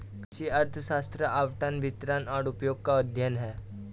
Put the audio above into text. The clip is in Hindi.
कृषि अर्थशास्त्र आवंटन, वितरण और उपयोग का अध्ययन है